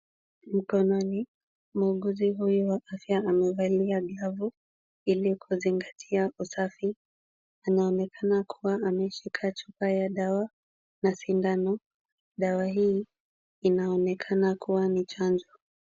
Mkononi, muuguzi huyo wa afya amevalia glavu ili kuzingatia usafi. Anaonekana kuwa ameshika chupa ya dawa na sindano. Dawa hii inaonekana kuwa ni chanjo.